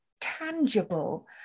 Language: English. tangible